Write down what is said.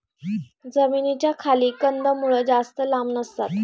जमिनीच्या खाली कंदमुळं जास्त लांब नसतात